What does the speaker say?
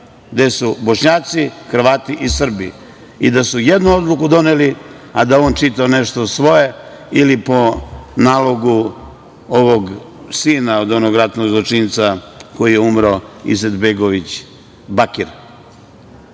gde su Bošnjaci, Hrvati i Srbi i da su jednu odluku doneli, a da je on čitao nešto svoje ili po nalogu ovog sina od onog ratnog zločinca koji je umro Izetbegović, Bakir. Narod,